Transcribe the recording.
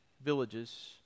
villages